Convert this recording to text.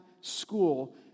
school